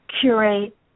curate